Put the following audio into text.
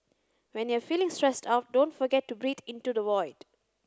when you are feeling stressed out don't forget to breathe into the void